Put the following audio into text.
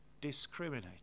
discriminate